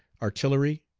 artillery,